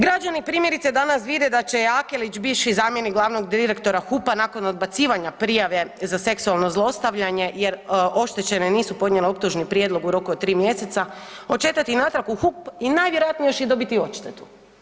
Građani primjerice danas vide da će Jakelić bivši zamjenik glavnog direktora HUP-a nakon odbacivanja prijave za seksualno zlostavljanje jer oštećene nisu podnijele optužni prijedlog u roku od tri mjeseca odšetati natrag u HUP i najvjerojatnije još i dobiti odštetu.